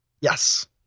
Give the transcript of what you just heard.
Yes